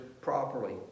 properly